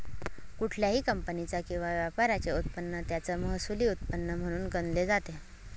कुठल्याही कंपनीचा किंवा व्यापाराचे उत्पन्न त्याचं महसुली उत्पन्न म्हणून गणले जाते